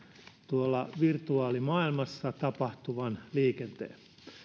tuolla virtuaalimaailmassa tapahtuvan liikenteen